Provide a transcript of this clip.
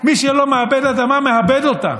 מי שלא מעבד האדמה, מאבד אותה.